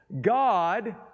God